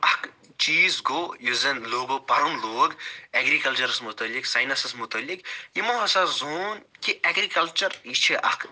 اکھ چیٖز گوٚو یُس زَن لوگو پَرُن لوٚگ ایٚگریٖکَلچرَس متعلق ساینَسَس متعلق یِمو ہسا زون کہِ ایٚگریٖکَلچر یہِ چھُ اکھ